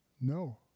No